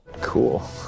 Cool